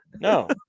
No